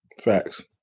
Facts